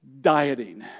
dieting